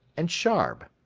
and sharb.